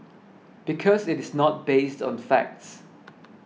because it is not based on facts